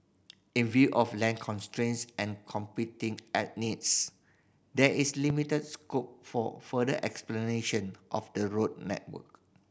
in view of land constraints and competing and needs there is limited scope for further of the road network